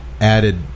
added